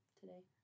today